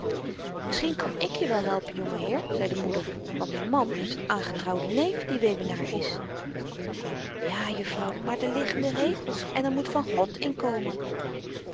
misschien kan ik je wel helpen jonge heer zei de moeder want m'n man heeft n aangetrouwden neef die wewenaar is ja jufvrouw maar de liggende regels en er moet van god inkomen